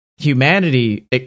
humanity